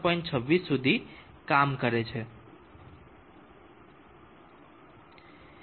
26 સુધી કામ કરે છે